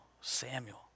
Samuel